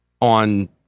on